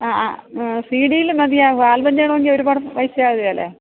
ആ ആ സി ഡീൽ മതിയാവും ആൽബം ചെയ്യണമെങ്കിൽ ഒരുപാട് പൈസയാകുകേലെ